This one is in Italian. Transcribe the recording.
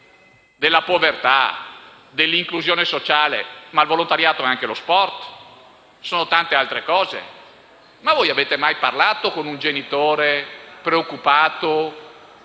della povertà, dell'inclusione sociale. Ma il volontariato è anche lo sport e tanto altro ancora. Ma voi avete mai parlato con un genitore preoccupato